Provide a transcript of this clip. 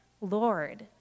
Lord